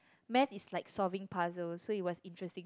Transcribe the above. maths is like solving puzzle so it was interesting